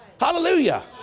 Hallelujah